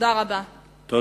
תודה רבה.